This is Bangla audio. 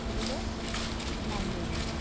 এগুলো নামিয়ে নিলাম